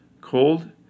Cold